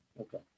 Okay